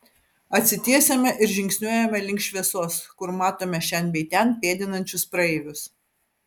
atsitiesiame ir žingsniuojame link šviesos kur matome šen bei ten pėdinančius praeivius